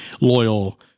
loyal